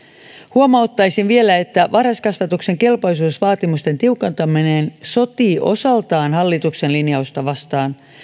huomauttaisin vielä että varhaiskasvatuksen kelpoisuusvaatimusten tiukentaminen sotii osaltaan hallituksen linjausta vastaan